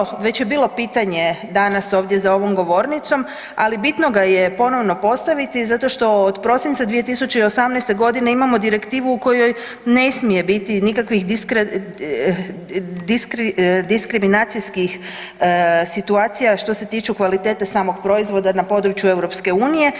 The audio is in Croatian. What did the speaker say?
Već je bio, već je bilo pitanje danas ovdje za ovom govornicom, ali bitno ga je ponovno postaviti zato što od prosinca 2018.g. imamo direktivu u kojoj ne smije biti nikakvih diskriminacijskih situacija što se tiče kvalitete samog proizvoda na području EU.